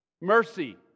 Mercy